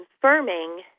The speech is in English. confirming